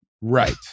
Right